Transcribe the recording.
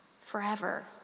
forever